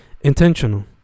Intentional